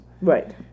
Right